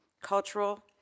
cultural